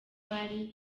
batari